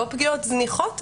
לא פגיעות זניחות,